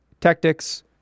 Tactics